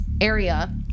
area